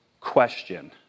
question